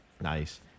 Nice